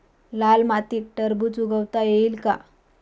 लाल मातीत टरबूज उगवता येईल का?